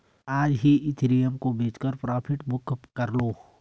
आज ही इथिरियम को बेचकर प्रॉफिट बुक कर लो